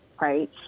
right